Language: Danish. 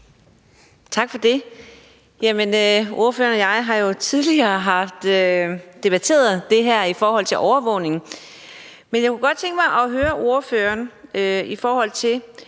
Tak for det. Ordføreren og jeg har jo tidligere debatteret det her om overvågning. Jeg kunne godt tænke mig at høre ordføreren, hvorfor